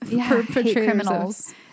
perpetrators